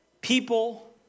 People